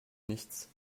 nichts